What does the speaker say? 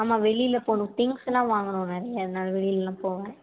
ஆமாம் வெளியில போகணும் திங்ஸெலாம் வாங்கணும் நிறைய அதனாலே வெளிலெலாம் போவேன்